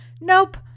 Nope